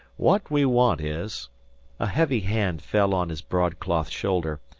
what we want is a heavy hand fell on his broadcloth shoulder,